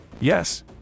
Yes